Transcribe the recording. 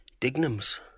Dignums